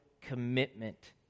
commitment